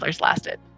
lasted